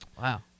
Wow